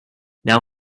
now